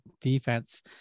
defense